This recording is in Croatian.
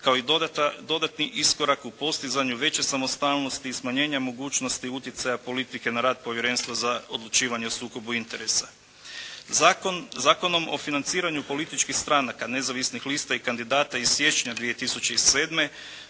kao i dodatni iskorak u postizanju veće samostalnosti i smanjenja mogućnosti utjecaja politike na rad Povjerenstva za odlučivanje o sukobu interesa. Zakonom o financiranju političkih stranaka, nezavisnih lista i kandidata iz siječnja 2007.